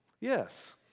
Yes